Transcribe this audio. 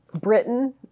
Britain